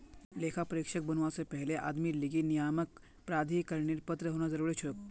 लेखा परीक्षक बनवा से पहले आदमीर लीगी नियामक प्राधिकरनेर पत्र होना जरूरी हछेक